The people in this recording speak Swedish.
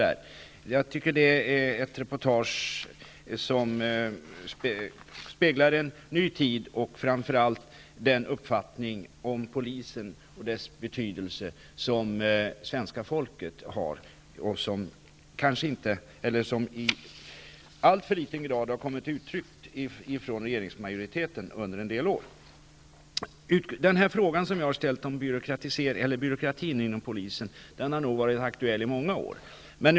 Det är ett reportage som speglar en ny tid och framför allt den uppfattning om polisen och dess betydelse som svenska folket har. Det är något som i alltför liten grad har kommit till uttryck från regeringsmajoriteten under en del år. Den fråga jag har ställt om byråkratin inom polisen har varit aktuell i många år.